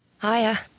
Hiya